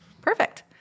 Perfect